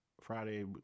Friday